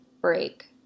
break